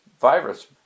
virus